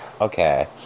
okay